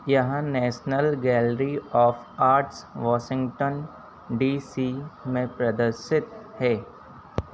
यह National Gallery of Arts Washington D C में प्रदर्शित है